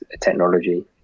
technology